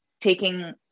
taking